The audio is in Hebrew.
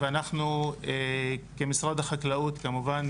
ואנחנו כמשרד החקלאות כמובן,